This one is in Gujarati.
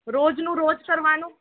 રોજનું રોજ કરવાનું